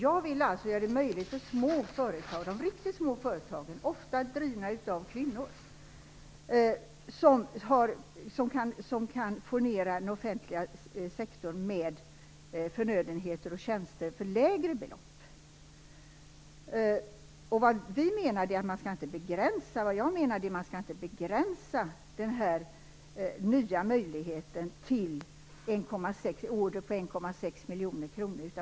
Jag vill alltså göra detta möjligt för de riktigt små företagen, ofta drivna utav kvinnor, som kan få ned kostnaderna i den offentliga sektorn genom förnödenheter och tjänster till ett lägre belopp. Jag menar att man inte skall begränsa denna nya möjlighet till order över 1,6 miljoner kronor.